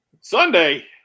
Sunday